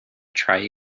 try